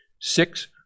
Six